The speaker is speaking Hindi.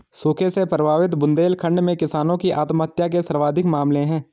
सूखे से प्रभावित बुंदेलखंड में किसानों की आत्महत्या के सर्वाधिक मामले है